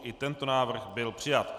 I Tento návrh byl přijat.